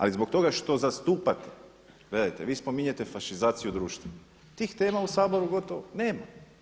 Ali zbog toga što zastupate, gledajte, vi spominjete fašizaciju društva, tih tema u Saboru gotovo nema.